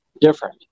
different